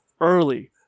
early